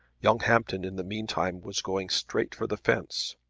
young hampton in the meantime was going straight for the fence.